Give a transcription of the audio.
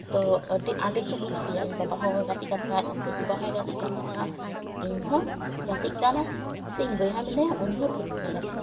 ᱫᱚ ᱟᱹᱰᱤ ᱟᱸᱴ ᱜᱮᱠᱚ ᱠᱩᱥᱤᱭᱟᱜᱼᱟ ᱤᱧ ᱵᱟᱵᱟ ᱦᱚᱸ ᱜᱟᱛᱮᱜ ᱠᱟᱱ ᱛᱟᱦᱮᱱᱟᱭ ᱤᱧ ᱞᱟᱹᱴᱩ ᱵᱟ ᱦᱚᱸᱭ ᱜᱟᱛᱮᱜ ᱠᱟᱱ ᱛᱟᱦᱮᱱᱟ ᱤᱧ ᱦᱚᱸ ᱜᱟᱛᱮᱜ ᱠᱟᱱᱟ ᱥᱮ ᱤᱧ ᱵᱚᱭᱦᱟ ᱢᱮᱱᱟᱭᱟ ᱩᱱᱤ ᱦᱚᱸ ᱯᱷᱩᱴᱵᱚᱞᱮ ᱜᱟᱛᱮᱜ ᱠᱟᱱᱟ